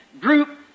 group